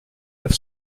neuf